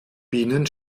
bienen